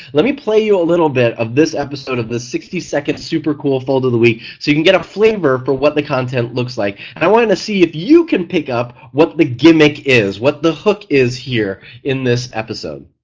let me play you a little bit of this episode of the sixty second super cool fold of the week so you can get a flavor for what the content looks like and i wanted to see if you can pick up what the gimmick is, what the hook is here in this episode.